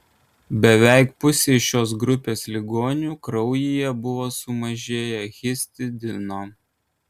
beveik pusei šios grupės ligonių kraujyje buvo sumažėję histidino